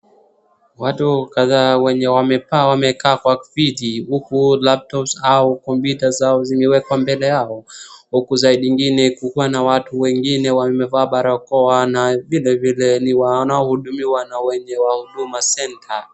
Watu kadhaa wenye wamekaa kwa viti, huku laptops au kompyuta zao zimewekwa mbele yao huku side ingine kukuwa na watu wengine wamevaa barakoa na vilevile wanaohudumiwa na wenye wa huduma centre.